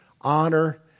honor